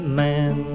man